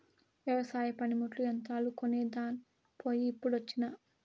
వెవసాయ పనిముట్లు, యంత్రాలు కొనేదాన్ పోయి ఇప్పుడొచ్చినా